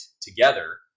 together